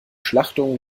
schlachtung